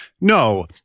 no